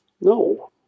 No